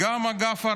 אגב,